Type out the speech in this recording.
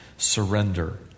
Surrender